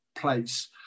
place